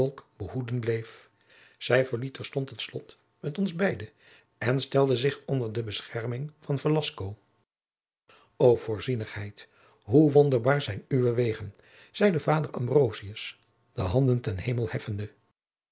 behoeden bleef zij verliet terstond het slot met ons beide en stelde zich onder de bescherming van velasco o voorzienigheid hoe wonderbaar zijn uwe wegen zeide vader ambrosius de handen ten hemel heffende